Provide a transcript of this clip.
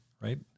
right